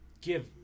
give